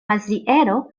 maziero